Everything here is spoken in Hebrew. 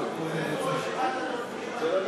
אבל איפה רשימת הדוברים?